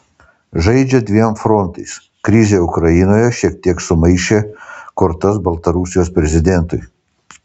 žaidžia dviem frontais krizė ukrainoje šiek tiek sumaišė kortas baltarusijos prezidentui